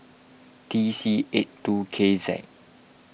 T C eight two K Z